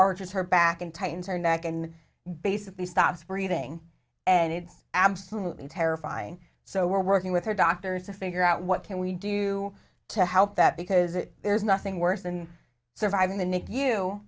has her back and tightens her neck and basically stops breathing and it's absolutely terrifying so we're working with her doctors to figure out what can we do to help that because there's nothing worse than surviving the nic